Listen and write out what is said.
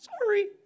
Sorry